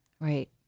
Right